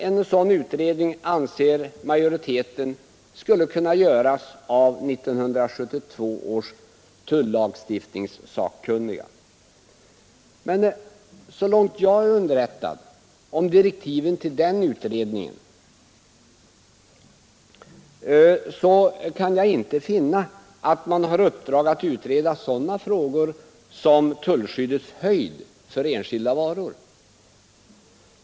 En sådan utredning, anser majoriteten, skulle kunna göras av 1972 års tullagstiftningssakkunniga. Men så långt jag är underrättad om direktiven för den utredningen så kan jag inte finna att man har i uppdrag att utreda sådana frågor som tullskyddets höjd för enskilda varor.